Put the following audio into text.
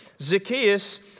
Zacchaeus